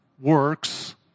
Works